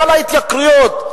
גל ההתייקרויות,